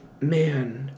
man